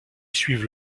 suivent